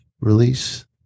release